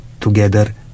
together